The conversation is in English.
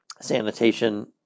sanitation